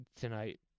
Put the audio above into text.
tonight